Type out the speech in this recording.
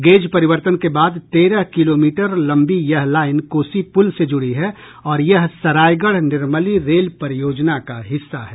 gauge परिवर्तन के बाद तेरह किलोमीटर यह लंबी लाईन कोसी पुल से जुड़ी है और यह सरायगढ़ निर्मली रेल परियोजना का हिस्सा है